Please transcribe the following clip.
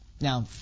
Now